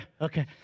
Okay